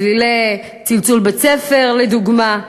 צלילי צלצול בית-ספר לדוגמה,